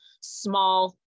small